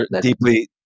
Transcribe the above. deeply